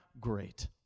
great